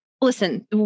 listen